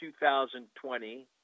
2020